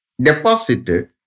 deposited